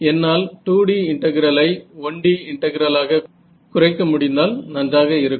என்னால் 2D இன்டெகிரலை 1D இன்டெகிரலாக குறைக்க முடிந்தால் நன்றாக இருக்கும்